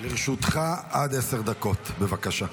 לרשותך עד עשר דקות, בבקשה.